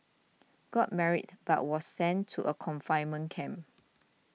got married but was sent to a confinement camp